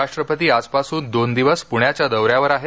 राष्ट्रपती आजपासून दोन दिवस पुण्याच्या दौऱ्यावर आहेत